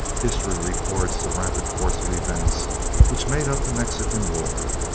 history records the rapid course of events which made up the mexican war.